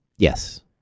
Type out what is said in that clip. Yes